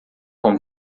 com